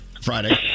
Friday